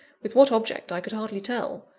with what object i could hardly tell.